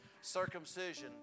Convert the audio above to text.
Circumcision